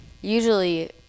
Usually